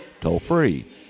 toll-free